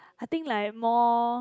I think like more